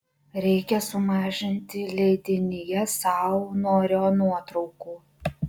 reikia sumažinti leidinyje saunorio nuotraukų